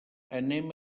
anem